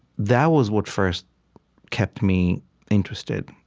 that was what first kept me interested,